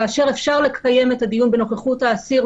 כאשר אפשר לקיים את הדיון בנוכחות האסיר,